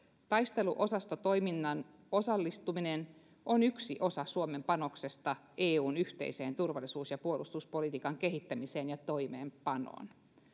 taisteluosastotoimintaan osallistuminen on yksi osa suomen panosta eun yhteisen turvallisuus ja puolustuspolitiikan kehittämiseen ja toimeenpanoon